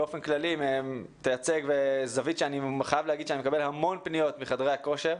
אני חייב להגיד שאני מקבל המון פניות מחדרי הכושר,